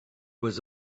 was